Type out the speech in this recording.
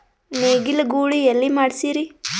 ನೇಗಿಲ ಗೂಳಿ ಎಲ್ಲಿ ಮಾಡಸೀರಿ?